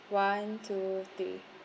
one two three